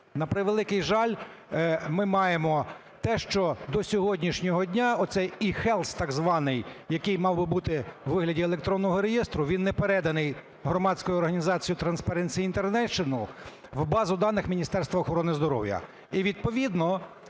На превеликий жаль, ми маємо те, що до сьогоднішнього дня оцей eHealth так званий, який мав би бути у вигляді електронного реєстру, він не переданий громадською організацією Transparency International в базу даних Міністерства охорони здоров'я,